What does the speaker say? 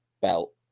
belt